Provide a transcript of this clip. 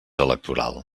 electoral